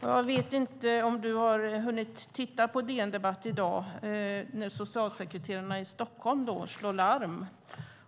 Jag vet inte om Maria Lundqvist-Brömster har hunnit titta på DN Debatt i dag där socialsekreterarna i Stockholm slår larm.